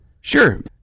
Sure